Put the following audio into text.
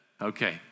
Okay